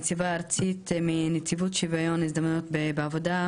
הנציגה הארצית מנציבות שוויון הזדמנויות בעבודה,